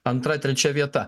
antra trečia vieta